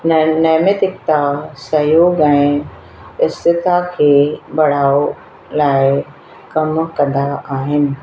न नैतिकता सहयोग ऐं स्थिरता खे बढ़ावो लाइ कमु कंदा आहिनि